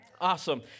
Awesome